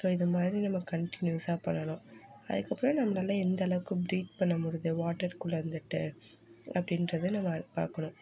so இதுமாதிரி நம்ம கண்டினியூஸாக பண்ணனும் அதுக்கு அப்புறம் நம்மளால் எந்த அளவுக்கு ப்ரீத் பண்ண முடியுது வாட்டர்க்குள்ளே இருந்துக்கிட்டு அப்படின்றத நம்ம பார்க்கணும்